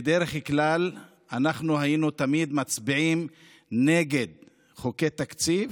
בדרך כלל אנחנו היינו תמיד מצביעים נגד חוקי תקציב,